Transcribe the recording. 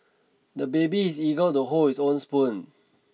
the baby is eager to hold his own spoon